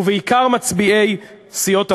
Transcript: ובעיקר מצביעי סיעות השמאל,